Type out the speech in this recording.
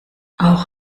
auch